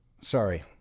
Sorry